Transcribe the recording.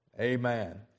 amen